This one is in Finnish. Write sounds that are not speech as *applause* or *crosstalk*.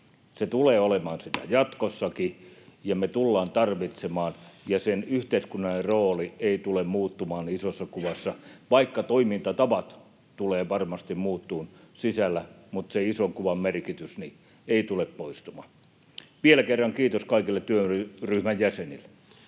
Se tulee olemaan sitä jatkossakin, *noise* ja me tullaan tarvitsemaan sitä, ja sen yhteiskunnallinen rooli ei tule muuttumaan isossa kuvassa. Vaikka toimintatavat tulevat varmasti muuttumaan sisällä, sen ison kuvan merkitys ei tule poistumaan. Vielä kerran kiitos kaikille työryhmän jäsenille.